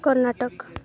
Karnataka